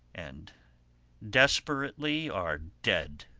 and desperately are dead.